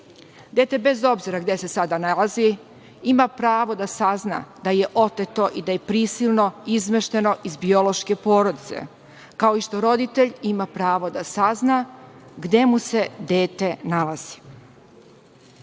Dete, bez obzira gde se sada nalazi, ima pravo da sazna da je oteto i da je prisilno izmešteno iz biološke porodice, kao i što roditelj ima pravo da sazna gde mu se dete nalazi.Zašto